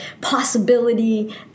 possibility